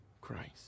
Christ